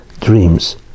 dreams